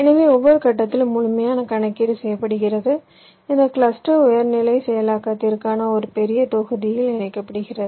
எனவே ஒவ்வொரு கட்டத்திலும் முழுமையான கணக்கீடு செய்யப்படுகிறது இந்த கிளஸ்டர் உயர் நிலை செயலாக்கத்திற்கான ஒரு பெரிய தொகுதியில் இணைக்கப்படுகிறது